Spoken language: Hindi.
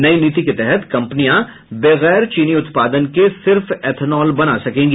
नई नीति के तहत कम्पनियां बैगेर चीनी उत्पादन के सिर्फ इथेनॉल बना सकेगी